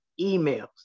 emails